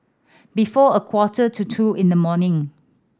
before a quarter to two in the morning